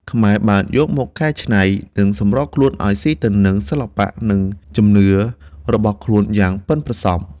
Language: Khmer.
ខ្មែរបានយកមកកែច្នៃ និងសម្របខ្លួនឱ្យស៊ីទៅនឹងសិល្បៈ និងជំនឿរបស់ខ្លួនយ៉ាងប៉ិនប្រសប់។